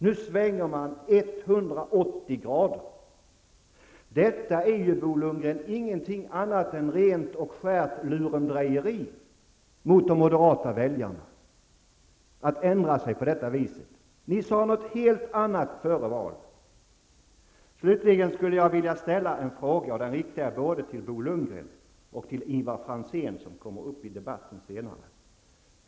Nu svänger man 180 grader. Att ändra sig på detta vis är ju, Bo Lundgren, ingenting annat än rent och skärt lurendrejeri mot de moderata väljarna. Ni sade någonting helt annat före valet. Slutligen skulle jag vilja ställa en fråga. Den riktar jag både till Bo Lundgren och till Ivar Franzén, som kommer upp i debatten senare.